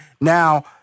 now